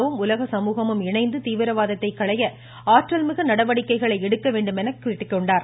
வும் உலக சமூகமும் இணைந்து தீவிரவாதத்தை களைய ஆற்றல்மிகு நடவடிக்கைகளை எடுக்கவேண்டும் என்று குறிப்பிட்டார்